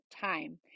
time